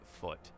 foot